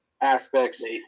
aspects